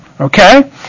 Okay